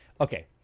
Okay